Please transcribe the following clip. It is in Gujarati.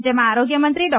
જેમાં આરોગ્ય મંત્રી ડો